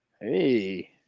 Hey